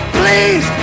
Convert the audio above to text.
please